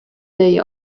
day